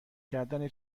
کردن